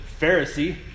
Pharisee